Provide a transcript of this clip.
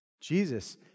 Jesus